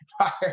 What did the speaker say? Empire